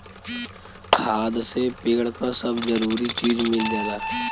खाद से पेड़ क सब जरूरी चीज मिल जाला